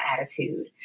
attitude